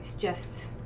just